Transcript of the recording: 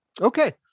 Okay